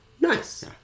Nice